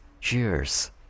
Cheers